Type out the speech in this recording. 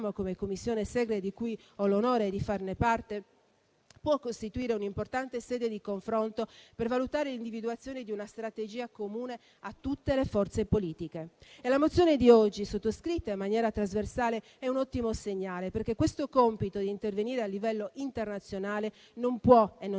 come "Commissione Segre", di cui ho l'onore di fare parte, può costituire una importante sede di confronto per valutare l'individuazione di una strategia comune a tutte le forze politiche. La mozione di oggi, sottoscritta in maniera trasversale, è un ottimo segnale, perché questo compito di intervenire a livello internazionale non può e non